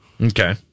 Okay